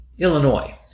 Illinois